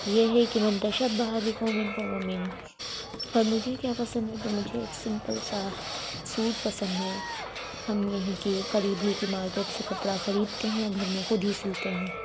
یہ ہے کہ من تشبہ بقوم فہو منہ اور مجھے کیا پسند ہے تو مجھے ایک سمپل سا سوٹ پسند ہے ہم یہی کے قریب ہی کی مارکیٹ سے کپڑا خریدتے ہیں اور گھر میں خود ہی سلتے ہیں